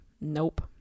Nope